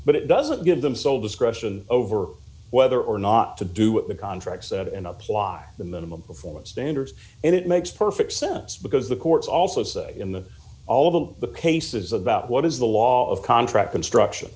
but it doesn't give them sole discretion over whether or not to do what the contract said and apply the minimum before standards and it makes perfect sense because the courts also say in the all of the cases about what is the law of contract construction